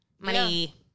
Money